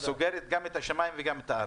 סוגרת גם את השמיים וגם את הארץ,